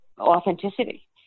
authenticity